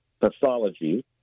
Pathology